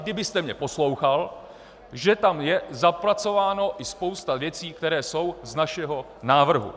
Kdybyste mě poslouchal, že tam je zapracována i spousta věcí, které jsou z našeho návrhu.